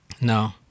No